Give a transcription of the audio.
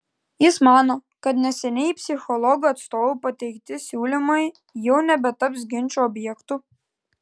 jis mano kad neseniai psichologų atstovų pateikti siūlymai jau nebetaps ginčo objektu